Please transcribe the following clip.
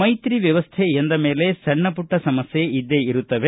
ಮೈತ್ರಿ ವ್ಯವಸ್ನೇ ಎಂದ ಮೇಲೆ ಸಣ್ಣ ಪುಟ್ಟ ಸಮಸ್ಕೆ ಇದ್ದೆ ಇರುತ್ತವೆ